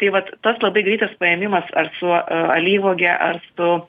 tai vat tas labai greitas paėmimas ar su alyvuoge ar su